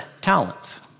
talents